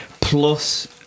Plus